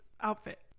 outfit